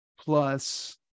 plus